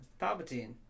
Palpatine